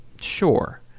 Sure